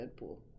Deadpool